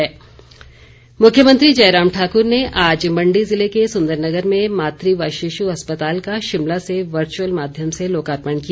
जयराम मुख्यमंत्री जयराम ठाकुर ने आज मंडी जिले के सुंदरनगर में मातृ व शिशु अस्पताल का शिमला से वर्चुअल माध्यम से लोकार्पण किया